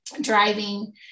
driving